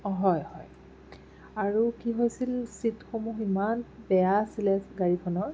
হয় হয় আৰু কি হৈছিল ছিটসমূহ ইমান বেয়া আছিলে গাড়ীখনৰ